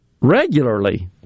regularly